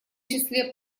числе